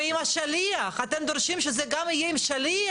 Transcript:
ועם השליח, אתם גם דורשים שזה גם יהיה עם שליח.